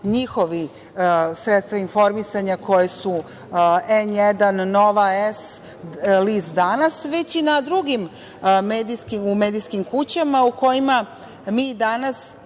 njihova sredstva informisanja N1, Nova S, list „Danas“, već i na drugim medijskim kućama, u kojima mi danas